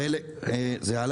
זה עלה.